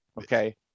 okay